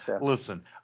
listen